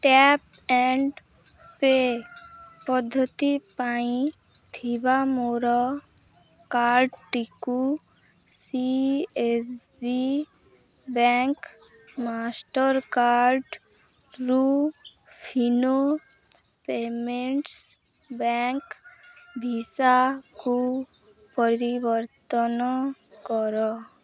tap and pay ପଦ୍ଧତି ପାଇଁ ଥିବା ମୋର କାର୍ଡ଼ଟିକୁ C S B bank master କାର୍ଡ଼୍ରୁ ଫିନୋ ପେମେଣ୍ଟ୍ସ ବ୍ୟାଙ୍କ ଭିସାକୁ ପରିବର୍ତ୍ତନ କର